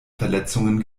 verletzungen